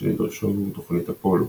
שנדרשו עבור תוכנית אפולו,